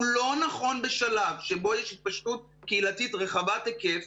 הוא לא נכון בשלב שבו יש התפשטות קהילתית רחבת-היקף.